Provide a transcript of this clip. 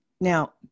Now